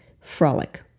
frolic